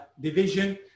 division